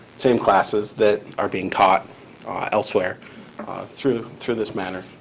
same classes, that are being taught elsewhere through through this manner.